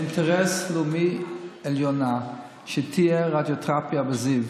זה אינטרס לאומי עליון שתהיה רדיותרפיה בזיו.